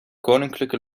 koninklijke